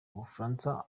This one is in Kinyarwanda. bufaransa